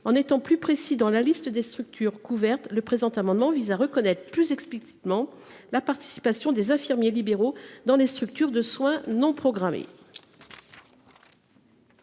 En étant plus précis dans la liste des structures couvertes, cet amendement vise à reconnaître plus explicitement la participation des infirmiers libéraux aux structures de soins non programmés.